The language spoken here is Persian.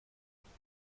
روایت